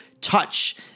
touch